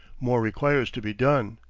more requires to be done.